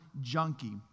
junkie